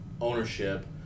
ownership